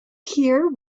hear